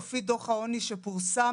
לפי דוח העוני שפורסם,